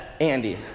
Andy